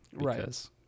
Right